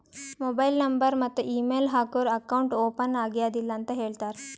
mobile number ಮತ್ತ email ಹಾಕೂರ್ account open ಆಗ್ಯಾದ್ ಇಲ್ಲ ಅಂತ ಹೇಳ್ತಾರ್